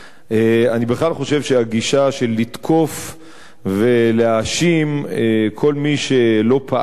אני בכלל חושב שהגישה של לתקוף ולהאשים כל מי שלא פעל מספיק